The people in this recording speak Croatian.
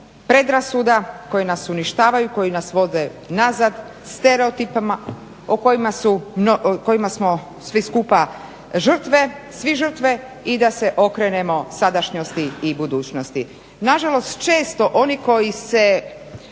predrasuda koje nas uništavaju, koje nas vode nazad, stereotipima o kojima smo svi skupa žrtve, svi žrtve i da se okrenemo sadašnjosti i budućnosti. Nažalost, često oni koji